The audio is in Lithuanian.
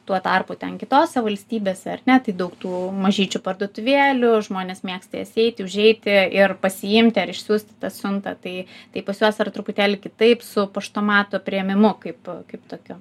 tuo tarpu ten kitose valstybėse ar ne tai daug tų mažyčių parduotuvėlių žmonės mėgsta į jas eiti užeiti ir pasiimti ar išsiųsti tą siuntą tai tai pas juos ar truputėlį kitaip su paštomatų priėmimu kaip kaip tokiu